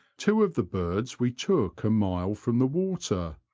two of the birds we took a mile from the water,